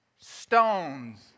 stones